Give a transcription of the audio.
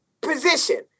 position